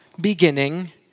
beginning